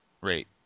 rate